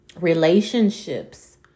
Relationships